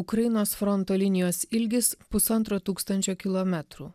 ukrainos fronto linijos ilgis pusantro tūkstančio kilometrų